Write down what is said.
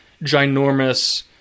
ginormous